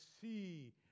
see